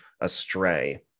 astray